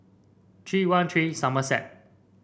three one three Somerset